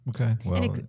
Okay